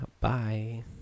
bye